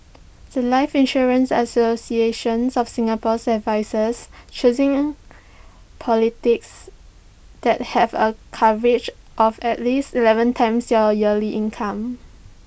The Life insurance associations of Singapore's advises choosing policies that have A coverage of at least Eleven times your yearly income